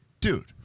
dude